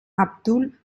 abdul